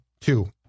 two